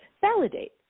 validate